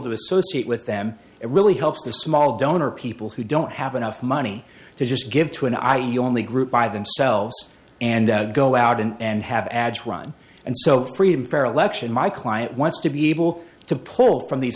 to associate with them it really helps the small donor people who don't have enough money to just give to an i e only group by themselves and go out and have ads run and so freedom fair election my client wants to be able to pull from these